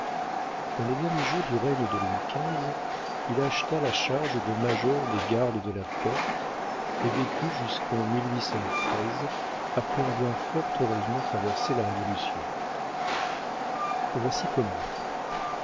dans les derniers jours du règne de louis xv il acheta la charge de major des gardes de la porte et vécut jusqu'en après avoir fort heureusement traversé la révolution voici comment